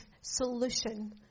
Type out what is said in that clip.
solution